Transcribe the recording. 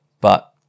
but-